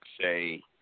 say